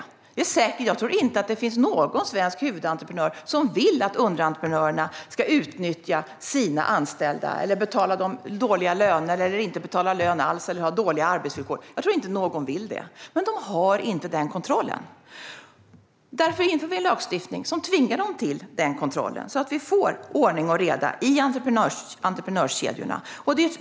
Jag tror inte att det finns någon svensk huvudentreprenör som vill att underentreprenörerna ska utnyttja sina anställda, betala dem dåliga löner eller inte betala dem alls eller ha dåliga arbetsvillkor. Jag tror inte att någon vill det. Men de har inte den kontrollen. Därför inför vi lagstiftning som tvingar dem till den kontrollen så att vi får ordning och reda i entreprenörskedjorna.